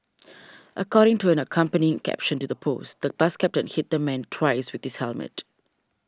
according to an accompanying caption to the post the bus captain hit the man twice with his helmet